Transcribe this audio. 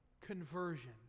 conversion